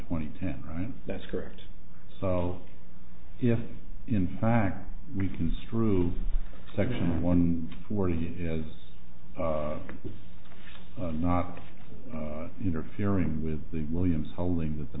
twenty two right that's correct so if in fact we construe section one for you as not interfering with the williams holding that the